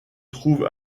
trouve